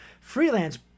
Freelance